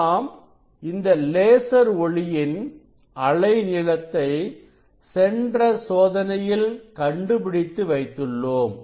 நாம் இந்த லேசர் ஒளியின் அலை நீளத்தை சென்ற சோதனையில் கண்டுபிடித்து வைத்துள்ளோம்